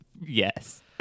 Yes